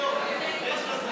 אדוני היו"ר, יש לנו חומר,